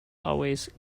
always